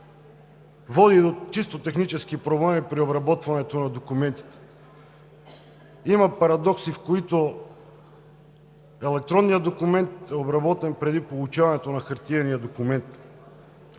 води до чисто технически проблеми при обработването на документите. Има парадокси, в които електронният документ е обработен преди получаването на хартиения документ.